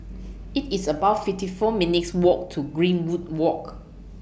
It's about fifty four minutes' Walk to Greenwood Walk